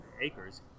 acres